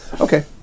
Okay